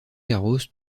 garros